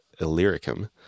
Illyricum